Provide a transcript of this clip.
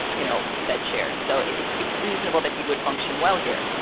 you know, fed chairs. so it's it's reasonable that he would function well here.